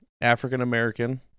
african-american